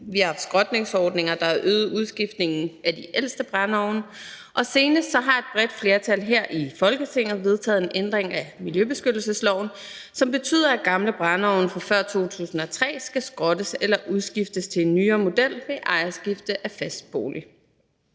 Vi har haft skrotningsordninger, der har øget udskiftningen af de ældste brændeovne, og senest har et bredt flertal her i Folketinget vedtaget en ændring af miljøbeskyttelsesloven, som betyder, at gamle brændeovne fra før 2003 skal skrottes eller udskiftet til en nyere model ved ejerskifte af fast bolig.